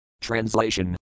Translation